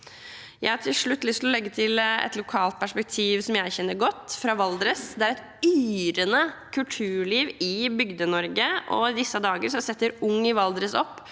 Jeg har til slutt lyst til å legge til et lokalt perspektiv som jeg kjenner godt, fra Valdres. Det er et yrende kulturliv i Bygde-Norge, og i disse dager setter Ung i Valdres –